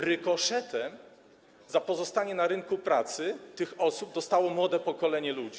Rykoszetem za pozostanie na rynku pracy tych osób dostało młode pokolenie ludzi.